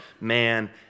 man